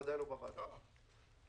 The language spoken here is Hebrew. בוודאי לא בוועדה הזאת.